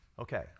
okay